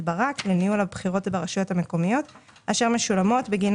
'ברק' לניהול הבחירות ברשויות המקומיות אשר משולמות בגין